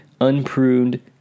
unpruned